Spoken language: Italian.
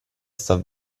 sta